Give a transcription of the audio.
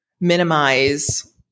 minimize